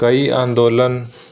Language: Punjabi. ਕਈ ਅੰਦੋਲਨ